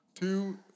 Two